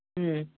ம்